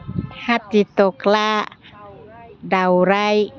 हाथिथख्ला दाउराइ